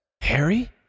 Harry